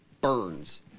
Burns